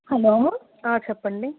hello చెప్పండి